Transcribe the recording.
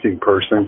person